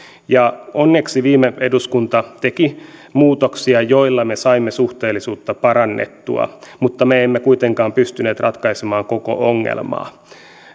ja onneksi viime eduskunta teki muutoksia joilla me saimme suhteellisuutta parannettua mutta me emme kuitenkaan pystyneet ratkaisemaan koko ongelmaa